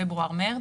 בפברואר מרץ,